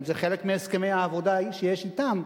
זה חלק מהסכמי העבודה שיש אתם,